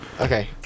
okay